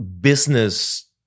business